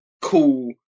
cool